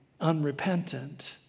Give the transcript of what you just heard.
unrepentant